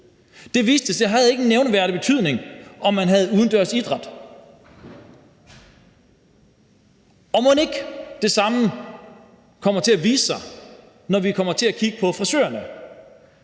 Det viste sig, at det ikke havde nogen nævneværdig betydning, om man havde udendørs idræt. Og mon ikke det samme kommer til at vise sig, når vi kommer til at kigge på frisørerne.